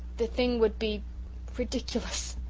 the thing would be ridiculous,